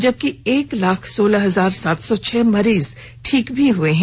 जबकि एक लाख सोलह हजार सात सौ छह मरीज ठीक हुए हैं